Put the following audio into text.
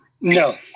no